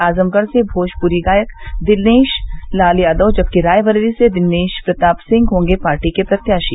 आजमगढ़ से भोजपुरी गायक दिनेश लाल यादव जबकि रायबरेली से दिनेश प्रताप सिंह होंगे पार्टी के प्रत्याशी